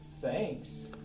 thanks